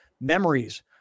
memories